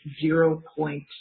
zero-point